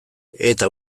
eta